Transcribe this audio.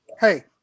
hey